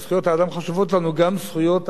גם זכויות האדם ביהודה ושומרון,